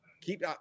keep